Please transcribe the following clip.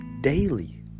daily